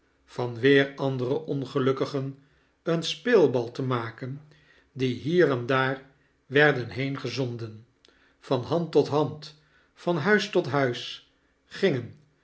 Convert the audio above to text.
van weer andere ongelukkigen een speelbal te maken die hier en daar werden heengezonden van hand tot hand van huis tot huis gingen